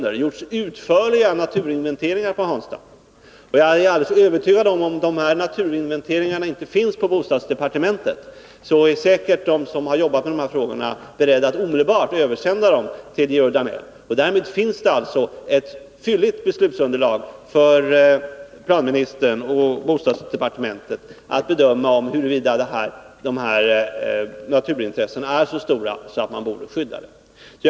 Det har gjorts utförliga naturinventeringar i Hansta. Jag är helt övertygad om att om de här naturinventeringarna inte finns på bostadsdepartementet, så är säkert de som har jobbat med dessa frågor beredda att omedelbart översända dem till Georg Danell. Därmed finns det ett fylligt beslutsunderlag för planministern och bostadsdepartementet att bedöma, huruvida naturintressena är så stora att man borde skydda området.